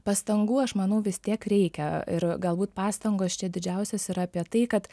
pastangų aš manau vis tiek reikia ir galbūt pastangos čia didžiausios yra apie tai kad